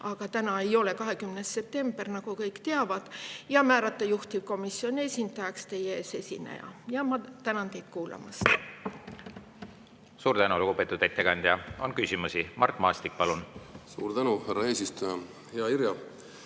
aga täna ei ole 20. september, nagu kõik teavad – ja määrata juhtivkomisjoni esindajaks teie ees esineja. Ma tänan teid kuulamast! Suur tänu, lugupeetud ettekandja! On küsimusi. Mart Maastik, palun! Suur tänu, lugupeetud ettekandja!